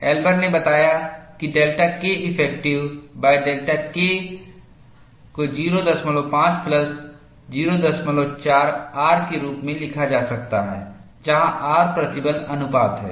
एल्बर ने बताया कि डेल्टा Keffective डेल्टा K को 05 प्लस 04 R के रूप में लिखा जा सकता है जहाँ R प्रतिबल अनुपात है